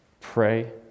pray